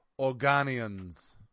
Organians